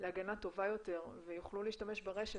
להגנה טובה יותר ויוכלו להשתמש ברשת.